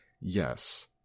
Yes